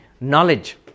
knowledge